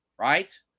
right